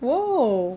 no